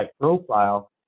profile